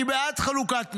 אני בעד חלוקת נשק,